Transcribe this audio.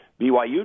BYU